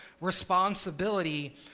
responsibility